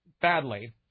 badly